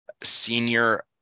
senior